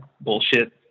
bullshit